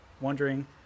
wondering